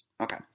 Okay